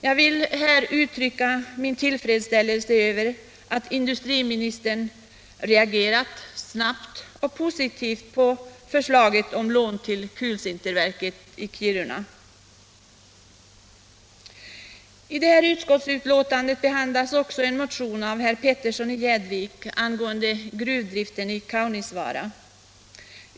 Jag vill här uttrycka min tillfredsställelse med att industriministern reagerat snabbt och positivt på förslaget om lån till kulsinterverket i Kiruna. I utskottsbetänkandet behandlas också en motion av herr Petersson i Gäddvik angående gruvdrift i Kaunisvaara.